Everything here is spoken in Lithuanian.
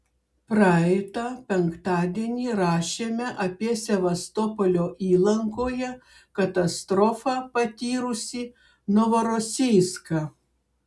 praeitą penktadienį rašėme apie sevastopolio įlankoje katastrofą patyrusį novorosijską